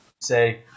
say